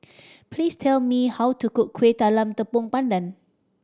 please tell me how to cook Kueh Talam Tepong Pandan